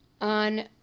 On